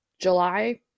July